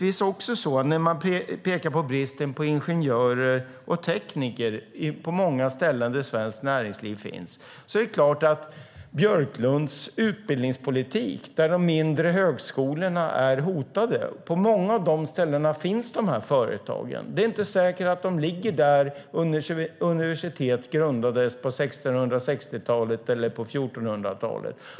När man pekar på bristen på ingenjörer och tekniker på många ställen där svenskt näringsliv finns är det klart att de mindre högskolor som finns på många av de ställen där företagen finns är hotade av Björklunds utbildningspolitik. Det är inte säkert att de ligger där universitet grundades på 1400-talet eller 1660-talet.